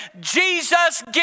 Jesus